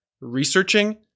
researching